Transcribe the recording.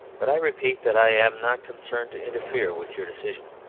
but i repeat that i am not concerned to interfere with your decision,